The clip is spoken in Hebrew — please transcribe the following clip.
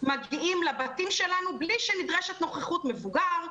מגיעים לבתים שלנו בלי שנדרשת נוכחות מבוגר,